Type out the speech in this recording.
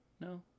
no